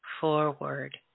forward